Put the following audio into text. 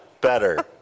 better